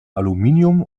aluminium